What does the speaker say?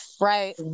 right